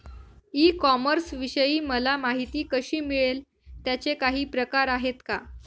E कॉमर्सविषयी मला माहिती कशी मिळेल? त्याचे काही प्रकार आहेत का?